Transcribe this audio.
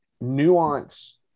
nuance